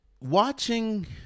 Watching